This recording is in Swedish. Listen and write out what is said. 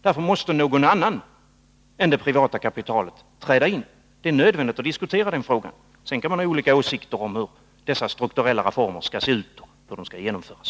Därför måste någon annan än det privata kapitalet träda in. Det är nödvändigt att diskutera den frågan. Sedan kan man ha olika åsikter om hur dessa strukturella reformer skall se ut och genomföras.